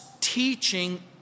teaching